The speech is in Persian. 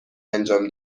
انجام